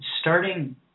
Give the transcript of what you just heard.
starting